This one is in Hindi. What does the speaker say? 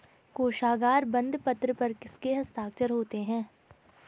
कोशागार बंदपत्र पर किसके हस्ताक्षर होते हैं?